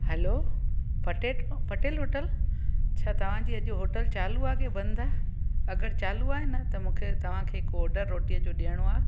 hello पटेट Patel hotel छा तव्हांजी अॼु होटल चालू आहे की बंदि आहे अगरि चालू आहे न त मूंखे तव्हांखे ऑडर रोटीअ जो ॾियणो आहे